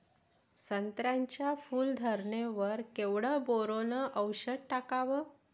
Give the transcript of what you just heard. संत्र्याच्या फूल धरणे वर केवढं बोरोंन औषध टाकावं?